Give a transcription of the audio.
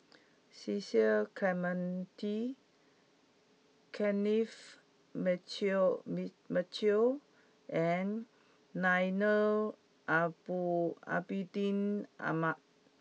Cecil Clementi Kenneth Mitchell meat Mitchell and Abidin Ahmad